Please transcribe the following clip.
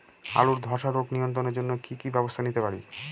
আলুর ধ্বসা রোগ নিয়ন্ত্রণের জন্য কি কি ব্যবস্থা নিতে পারি?